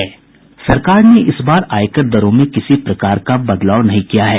सरकार ने इस बार आयकर दरों में किसी प्रकार का बदलाव नहीं किया है